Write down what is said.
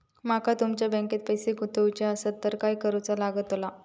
माका तुमच्या बँकेत पैसे गुंतवूचे आसत तर काय कारुचा लगतला?